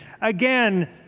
Again